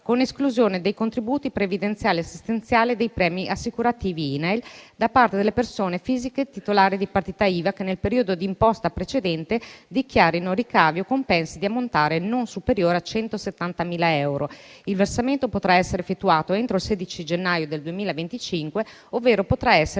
con esclusione dei contributi previdenziali e assistenziali e dei premi assicurativi INAIL da parte delle persone fisiche titolari di partita IVA che, nel periodo d'imposta precedente, dichiarino ricavi o compensi di ammontare non superiore a 170.000 euro. Il versamento potrà essere effettuato entro il 16 gennaio 2025, ovvero potrà essere